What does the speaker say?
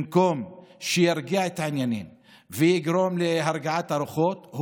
במקום שירגיע את העניינים ויגרום להרגעת הרוחות,